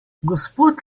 gospod